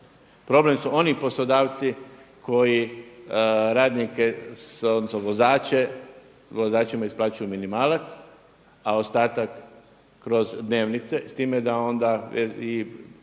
Problem su oni poslodavci koji radnike, odnosno vozače, vozačima isplaćuju minimalac, a ostatak kroz dnevnice s time da onda i dobro da